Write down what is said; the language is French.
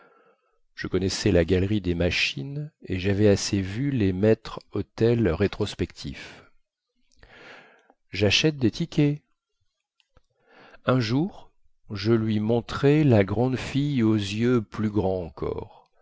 je connaissais la galerie des machines et javais assez vu les maîtres autels rétrospectifs jachète des tickets un jour je lui montrai la grande fille aux yeux plus grands encore